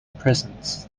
prisons